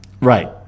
Right